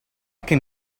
can